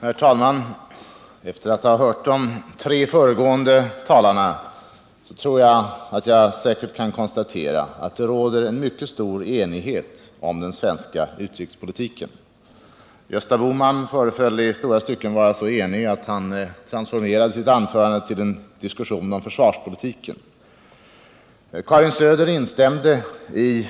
Herr talman! Efter att ha hört de tre föregående talarna tror jag att jag kan konstatera att det råder en mycket stor enighet om den svenska utrikespolitiken. Gösta Bohman föreföll i stora stycken vara så enig med oss andra att han transformerade sitt anförande till en diskussion om försvarspolitiken. Karin Söder instämde i